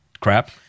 crap